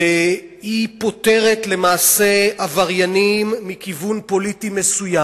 והיא פוטרת למעשה עבריינים מכיוון פוליטי מסוים.